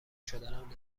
شدنم